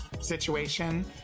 situation